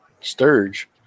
sturge